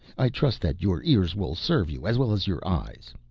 i trust that your ears will serve you as well as your eyes.